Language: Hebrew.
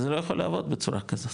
זה לא יכול לעבוד בצורה כזאת,